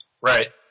Right